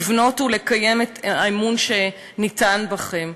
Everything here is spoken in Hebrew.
לבנות ולקיים את האמון שניתן בכם.